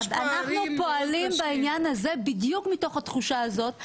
אנחנו פועלים בעניין הזה בדיוק מתוך התחושה הזאת,